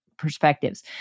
perspectives